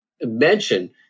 mention